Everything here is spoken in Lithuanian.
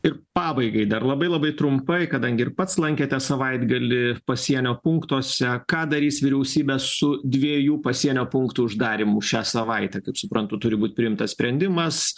ir pabaigai dar labai labai trumpai kadangi ir pats lankėtės savaitgalį pasienio punktuose ką darys vyriausybė su dviejų pasienio punktų uždarymu šią savaitę kaip suprantu turi būt priimtas sprendimas